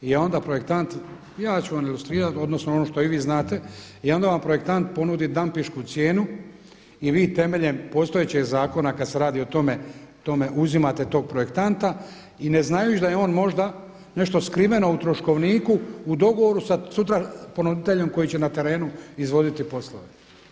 I onda projektant, ja ću vam ilustrirati, odnosno ono što i vi znate i onda vam projektant ponudit dampingšku cijenu i vi temeljem postojećeg zakona kad se radi o tome uzimate tog projektanta i ne znajući da je on možda nešto skriveno u troškovniku u dogovoru sa sutra ponuditeljem koji će na terenu izvoditi poslove.